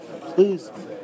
Please